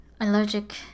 allergic